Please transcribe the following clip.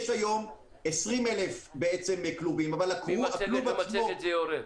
יש היום כ-20 אלף כלובים אבל הכלוב עצמו -- ממצגת למצגת זה יורד.